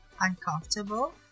uncomfortable